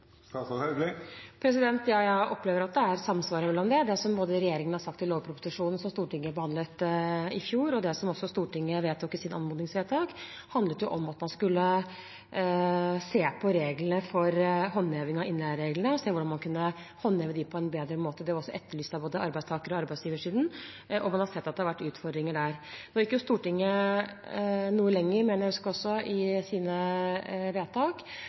Ja, jeg opplever at det er samsvar mellom dem. Både det som regjeringen har sagt i lovproposisjonen som Stortinget behandlet i fjor, og det som Stortinget vedtok i sitt anmodningsvedtak, handlet om at man skulle se på reglene for håndheving av innleiereglene, og se hvordan man kunne håndheve dem på en bedre måte. Det var også etterlyst av både arbeidstaker- og arbeidsgiversiden, og man har sett at det har vært utfordringer der. Nå gikk jo Stortinget noe lenger, mener jeg å huske, i sine vedtak.